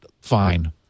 fine